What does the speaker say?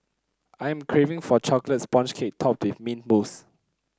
I am craving for a chocolate sponge cake topped with mint mousse